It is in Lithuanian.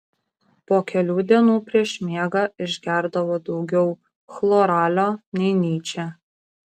po kelių dienų prieš miegą išgerdavo daugiau chloralio nei nyčė